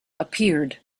appeared